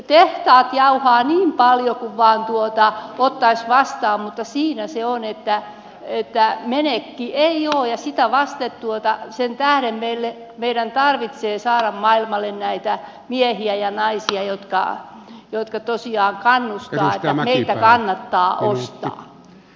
tehtaat jauhavat niin paljon kuin ottaisivat vastaan mutta siinä se on että menekkiä ei ole ja sen tähden meidän tarvitsee saada maailmalle niitä miehiä ja naisia jotka tosiaan kannustavat siihen että meiltä kannattaa ostaa